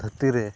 ᱫᱷᱟᱹᱨᱛᱤᱨᱮ